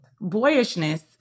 Boyishness